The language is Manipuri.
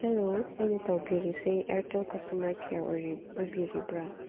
ꯍꯜꯂꯣ ꯑꯩꯅ ꯇꯧꯕꯤꯔꯤꯁꯦ ꯏꯌꯥꯔꯇꯦꯜ ꯀꯁꯇꯃꯔ ꯀꯤꯌꯔ ꯑꯣꯏꯕꯤꯔꯤꯕ꯭ꯔꯥ